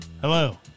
Hello